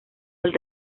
del